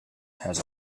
has